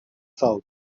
south